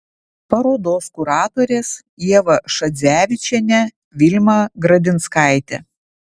parodos kuratorės ieva šadzevičienė vilma gradinskaitė